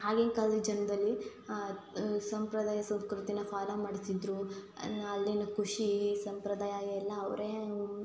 ಆಗಿನ ಕಾಲದ ಜನ್ರಲ್ಲಿ ಸಂಪ್ರದಾಯ ಸಂಸ್ಕೃತಿನ ಫಾಲೋ ಮಾಡ್ತಿದ್ದರು ಅಲ್ಲಿನ ಖುಷಿ ಸಂಪ್ರದಾಯ ಎಲ್ಲ ಅವರೇ ಇವರು